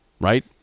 right